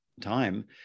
time